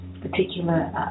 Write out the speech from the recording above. particular